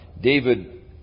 David